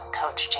coach